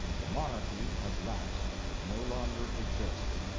the monarchy has lapsed, it no longer exists.